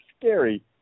scary